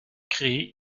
créer